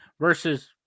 versus